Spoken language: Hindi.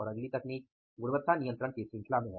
और अगली तकनीक गुणवत्ता नियंत्रण की श्रृंखला में हैं